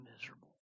miserable